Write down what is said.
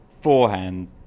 forehand